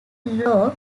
low